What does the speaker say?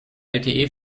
lte